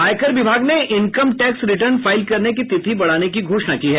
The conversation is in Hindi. आयकर विभाग ने इनकम टैक्स रिटर्न फाइल करने की तिथि बढ़ाने की घोषणा की है